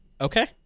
Okay